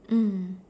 mm